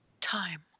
time